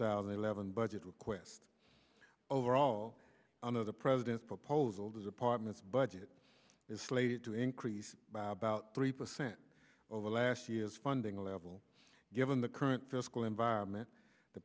thousand and eleven budget request overall under the president's proposal department's budget is slated to increase by about three percent over last year's funding level given the current fiscal environment the